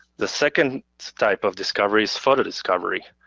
the second type of discovery is photo discovery.